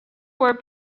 were